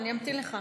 אני אמתין לך.